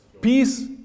peace